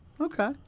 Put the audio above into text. Okay